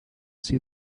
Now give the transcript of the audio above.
see